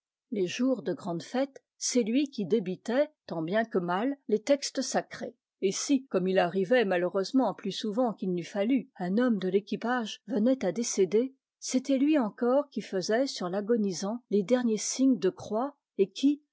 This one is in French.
les jours de grandes fêtes c'est lui qui débitaittant bien que mal les textes sacrés et si comme il arrivait malheureusement plus souvent qu'il n'eût fallu un homme de l'équipage venait à décéder c'était lui encore qui faisait sur l'agonisant les derniers signes de croix et qui